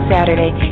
Saturday